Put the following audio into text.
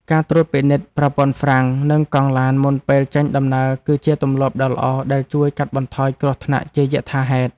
ការត្រួតពិនិត្យប្រព័ន្ធហ្វ្រាំងនិងកង់ឡានមុនពេលចេញដំណើរគឺជាទម្លាប់ដ៏ល្អដែលជួយកាត់បន្ថយគ្រោះថ្នាក់ជាយថាហេតុ។